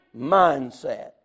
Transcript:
mindset